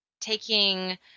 taking